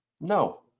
No